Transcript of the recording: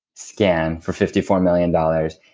scan, for fifty four million dollars.